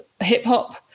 hip-hop